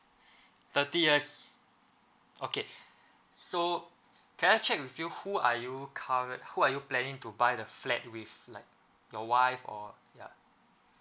thirty yers okay so can I check with you who are you current who are you planning to buy the flat with like your wife or yeah